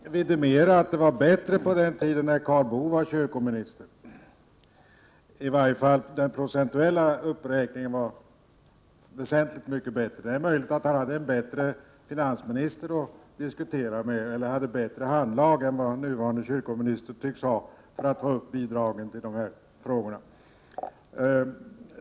Herr talman! Jag skulle till att börja med vilja vidimera att det var bättre på den tid när Karl Boo var kyrkominister. I varje fall var den procentuella uppräkningen väsentligt mycket bättre då. Det är möjligt att han hade en bättre minister för finanserna att diskutera med eller att han hade bättre handlag än vad den nuvarande kyrkoministern tycks ha när det gäller att få upp bidragen på dessa punkter.